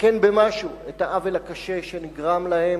לתקן במשהו את העוול הקשה שנגרם להם.